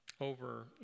over